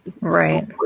right